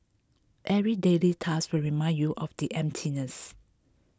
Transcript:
every daily task will remind you of the emptiness